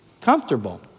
comfortable